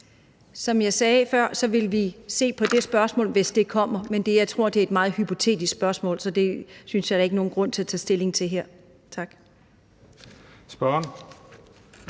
Som jeg sagde før, ville vi se på det spørgsmål, hvis det kommer, men jeg tror, at det er et meget hypotetisk spørgsmål. Så det synes jeg ikke der er nogen grund til at tage stilling til her. Tak. Kl.